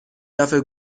دفعه